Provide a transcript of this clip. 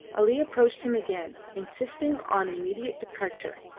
ali approached him again, insisting on immediate departure,